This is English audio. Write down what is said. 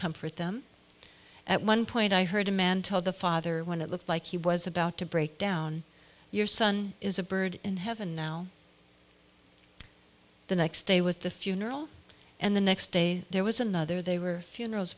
comfort them at one point i heard a man told the father when it looked like he was about to break down your son is a bird in heaven now the next day was the funeral and the next day there was another they were funerals